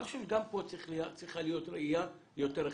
אני חושב שגם כאן צריכה להיות ראייה יותר רחבה.